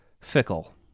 fickle